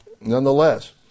nonetheless